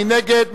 מי נגד?